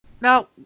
Now